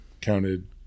Counted